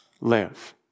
live